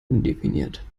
undefiniert